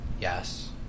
Yes